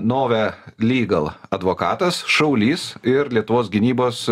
nove lygal advokatas šaulys ir lietuvos gynybos